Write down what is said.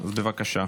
בבקשה.